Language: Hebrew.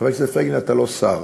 חבר הכנסת פייגלין, אתה לא שר.